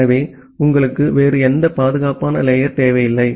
எனவே உங்களுக்கு வேறு எந்த பாதுகாப்பான லேயர் தேவையில்லை